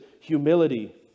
humility